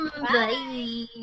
Bye